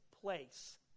place